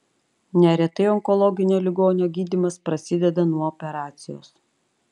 neretai onkologinio ligonio gydymas prasideda nuo operacijos